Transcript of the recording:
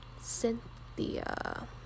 Cynthia